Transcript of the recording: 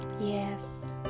Yes